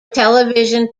television